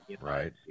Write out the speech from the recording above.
Right